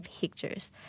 pictures